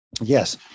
Yes